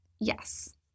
yes